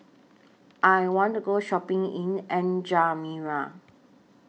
I want to Go Shopping in N'Djamena